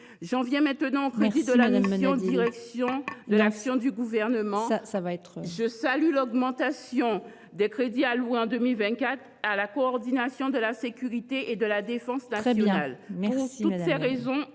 J’en viens maintenant aux crédits de la mission « Direction de l’action du Gouvernement ». Il faut conclure ! Je salue l’augmentation des crédits alloués en 2024 à la coordination de la sécurité et de la défense nationale.